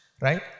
Right